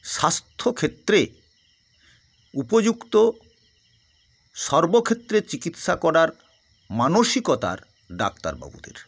স্বাস্থ্যক্ষেত্রে উপযুক্ত সর্বক্ষেত্রে চিকিৎসা করার মানসিকতার ডাক্তারবাবুদের